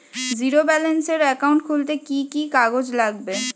Zero ব্যালেন্সের account খুলতে কি কি কাগজ লাগবে?